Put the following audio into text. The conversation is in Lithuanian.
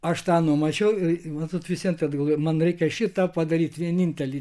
aš tą numačiau ir matot vis vien galvoju man reikia šitą padaryti vienintelį